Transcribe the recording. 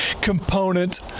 component